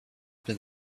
been